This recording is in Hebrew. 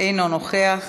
אינו נוכח.